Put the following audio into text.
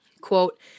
Quote